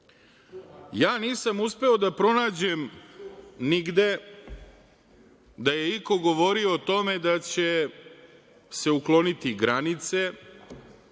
svega. Nisam uspeo da pronađem nigde da je iko govorio o tome da će se ukloniti granice,